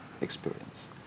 experience